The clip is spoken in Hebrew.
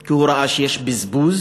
כי הוא ראה שיש בזבוז,